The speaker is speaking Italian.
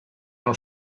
allo